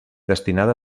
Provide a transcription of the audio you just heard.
destinada